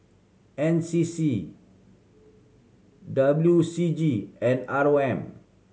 N C C W C G and R O M